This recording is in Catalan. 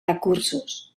recursos